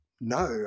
no